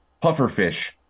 pufferfish